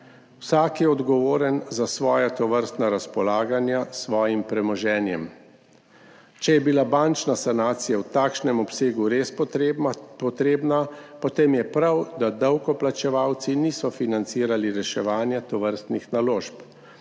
Vsak je odgovoren za svoja tovrstna razpolaganja s svojim premoženjem. Če je bila bančna sanacija v takšnem obsegu res potrebna, potem je prav, da davkoplačevalci niso financirali reševanja tovrstnih naložb.